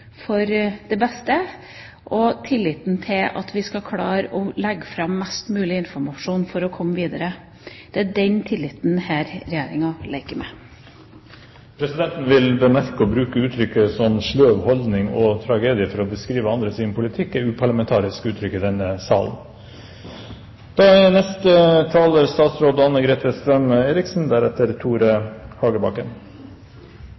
for det beste, og tilliten til at vi skal klare å legge fram mest mulig informasjon for å komme videre. Det er den tilliten denne Regjeringa leker med. Presidenten vil bemerke at det å bruke uttrykk som «sløv holdning» og «tragedie» for å beskrive andres politikk, er uparlamentarisk i denne salen. Hjerte- og karsykdommer er